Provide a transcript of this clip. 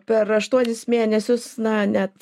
per aštuonis mėnesius na net